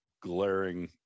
glaring